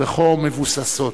וכה מבוססות.